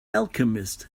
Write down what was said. alchemist